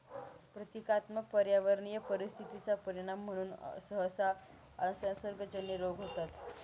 प्रतीकात्मक पर्यावरणीय परिस्थिती चा परिणाम म्हणून सहसा असंसर्गजन्य रोग होतात